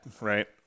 right